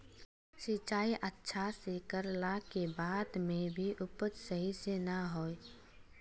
सिंचाई अच्छा से कर ला के बाद में भी उपज सही से ना होय?